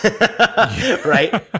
right